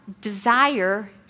desire